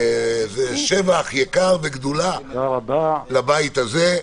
זה שבח, יקר וגדולה לבית הזה.